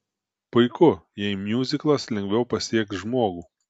puiku jei miuziklas lengviau pasieks žmogų